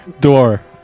Door